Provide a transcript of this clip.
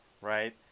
right